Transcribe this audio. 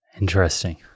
interesting